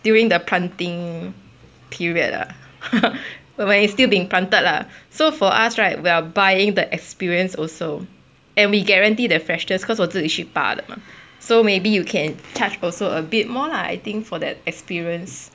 during the planting period ah when when it is still being planted lah so for us right we are buying the experience also and we guarantee the freshness because 我自己去拔的 mah so maybe you can charge also a bit more lah I think for the experience